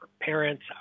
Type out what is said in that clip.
parents